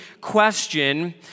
question